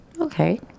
Okay